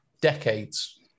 decades